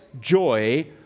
joy